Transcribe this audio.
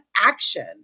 action